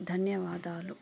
ధన్యవాదాలు